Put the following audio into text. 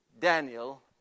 Daniel